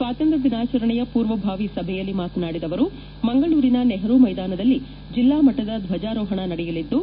ಸ್ವಾತಂತ್ರ ದಿನಾಚರಣೆ ಪೂರ್ವಭಾವಿ ಸಭೆಯ ಮಾತನಾಡಿದ ಅವರು ಮಂಗಳೂರಿನ ನೆಹರೂ ಮೈದಾನದಲ್ಲಿ ಜಿಲ್ಲಾಮಟ್ಟದ ಧ್ವಜಾರೋಹಣ ನಡೆಯಲಿದ್ದು